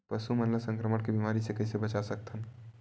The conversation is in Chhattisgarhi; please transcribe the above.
पशु मन ला संक्रमण के बीमारी से कइसे बचा सकथन?